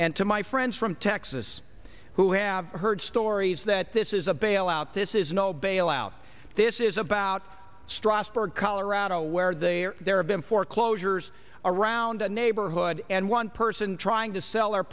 and to my friends from texas who have heard stories that this is a bailout this is no bailout this is about strasburg colorado where they are there have been foreclosures around the neighborhood and one person trying to sell our